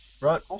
Right